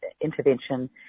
intervention